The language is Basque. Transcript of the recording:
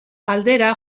aldera